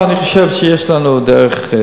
לא, אני חושב שיש לנו דרך.